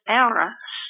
errors